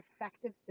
effective